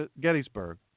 Gettysburg